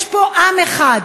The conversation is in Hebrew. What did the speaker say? יש פה עם אחד.